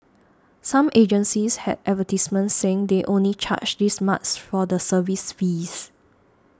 some agencies had advertisements saying they only charge this much for the service fees